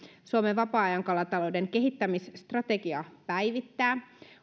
suomen vapaa ajan kalatalouden kehittämisstrategia päivittää